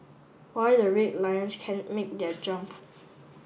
why the Red Lions can make their jump